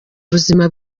ubuzima